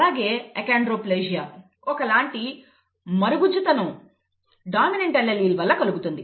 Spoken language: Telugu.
అలాగే అకోండ్రోప్లాసియా ఒకలాంటి మరుగుజ్జుతనం డామినెంట్ అల్లీల్ వలన కలుగుతుంది